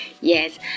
yes